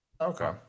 Okay